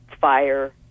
fire